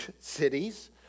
cities